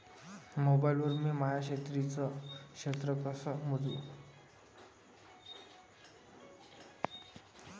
Mobile वर मी माया शेतीचं क्षेत्र कस मोजू?